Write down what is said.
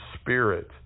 Spirit